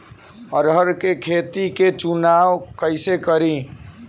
अरहर के खेत के चुनाव कईसे करी?